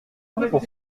pour